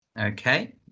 Okay